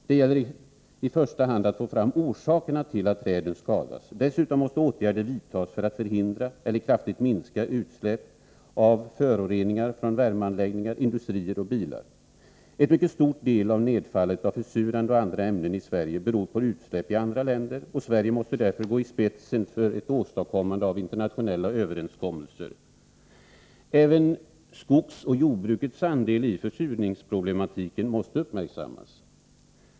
Det gäller i första hand att få fram orsakerna till att träden skadas. Dessutom måste åtgärder vidtas för att förhindra eller kraftigt minska utsläpp av föroreningar från värmeanläggningar, industrier och bilar. En mycket stor del av nedfallet av försurande och andra ämnen i Sverige beror på utsläpp i andra länder, och Sverige måste därför gå i spetsen för ett åstadkommande av internationella överenskommelser. Även skogsoch jordbrukets andel i försurningsproblematiken måste uppmärksammas.